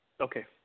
Okay